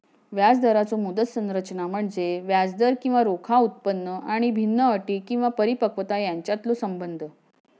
व्याजदराचो मुदत संरचना म्हणजे व्याजदर किंवा रोखा उत्पन्न आणि भिन्न अटी किंवा परिपक्वता यांच्यातलो संबंध